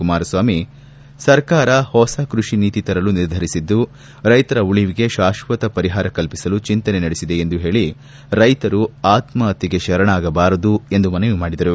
ಕುಮಾರಸ್ವಾಮಿ ಸರ್ಕಾರ ಹೊಸ ಕೃಷಿ ನೀತಿ ತರಲು ನಿರ್ಧರಿಸಿದ್ದು ರೈತರ ಉಳಿವಿಗೆ ಶಾಶ್ವಕ ಪರಿಹಾರ ಕಲ್ಪಿಸಲು ಚಿಂತನೆ ನಡೆಸಿದೆ ಎಂದು ಹೇಳಿ ರೈತರು ಆಶ್ವಪತ್ಯೆಗೆ ತರಣಾಗಬಾರದು ಎಂದು ಮನವಿ ಮಾಡಿದರು